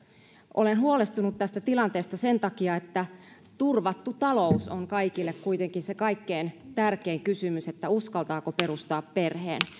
olen huolestunut tästä tilanteesta sen takia että turvattu talous on kaikille kuitenkin se kaikkein tärkein kysymys siinä uskaltaako perustaa perheen